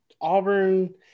Auburn